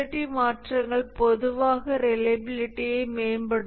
நாம் டிசைன் மாற்றியதும் ரிலையபிலிட்டி மாற்றங்கள் பொதுவாக ரிலையபிலிடி மேம்படும்